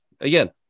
again